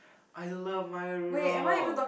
I love Maya-Rudolph